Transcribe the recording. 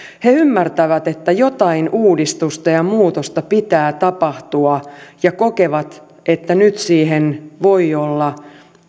he ymmärtävät että jotain uudistusta ja muutosta pitää tapahtua ja kokevat että nyt siihen voi olla